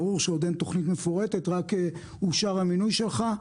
ברור שעוד אין תוכנית מפורטת, רק אושר המינוי שלך.